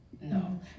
No